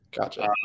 Gotcha